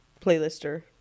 playlister